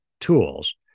tools